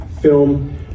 film